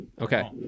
okay